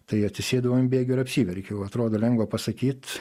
tai atsisėdau ant bėgių ir apsiverkiau atrodo lengva pasakyt